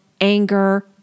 anger